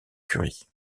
curie